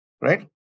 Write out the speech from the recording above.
right